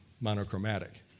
monochromatic